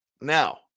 Now